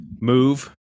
move